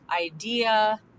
idea